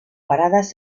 paradas